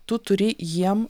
tu turi jiem